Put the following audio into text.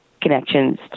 connections